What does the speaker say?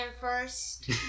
first